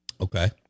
Okay